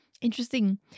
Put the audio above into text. Interesting